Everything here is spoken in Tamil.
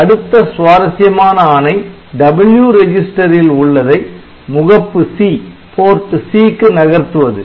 அடுத்த சுவாரஸ்யமான ஆணை W ரெஜிஸ்டரில் உள்ளதை முகப்பு C க்கு நகர்த்துவது